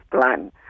plan